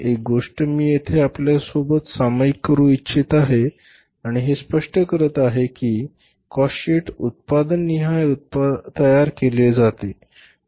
एक गोष्ट मी येथे आपल्याबरोबर सामायिक करू इच्छित आहे आणि हे स्पष्ट करत आहे की काॅस्ट शीट उत्पादन निहाय तयार केले जाते